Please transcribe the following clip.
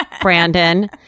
Brandon